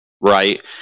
Right